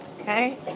Okay